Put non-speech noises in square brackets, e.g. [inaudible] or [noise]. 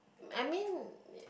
I mean [noise]